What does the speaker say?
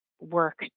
work